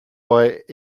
auraient